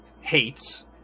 hates